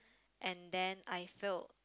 and then I feel